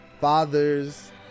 Fathers